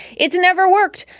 it's never worked.